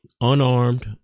unarmed